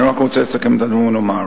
אני רק רוצה לסכם את הנאום ולומר: